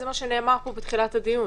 זה מה שנאמר פה בתחילת הדיון.